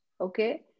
okay